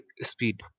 speed